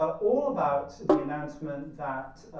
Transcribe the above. ah all about the announcement that,